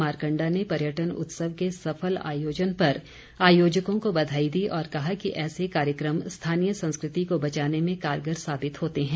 मारकण्डा ने पर्यटन उत्सव के सफल आयोजन पर आयोजकों को बधाई दी और कहा कि ऐसे कार्यक्रम स्थानीय संस्कृति को बचाने में कारगर साबित होते हैं